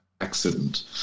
accident